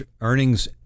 earnings